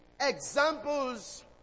examples